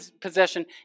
possession